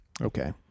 Okay